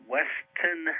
Weston